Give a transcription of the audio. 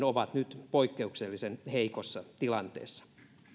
ovat nyt poikkeuksellisen heikossa tilanteessa